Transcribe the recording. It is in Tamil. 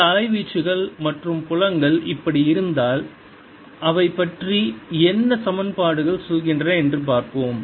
இந்த அலைவீச்சுகள் மற்றும் புலங்கள் இப்படி இருந்தால் அவை பற்றி என்ன சமன்பாடுகள் சொல்கின்றன என்று பார்ப்போம்